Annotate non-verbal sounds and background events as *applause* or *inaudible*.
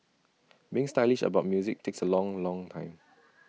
*noise* being stylish about music takes A long long time